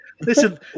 Listen